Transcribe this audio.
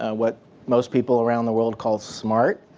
ah what most people around the world call smart.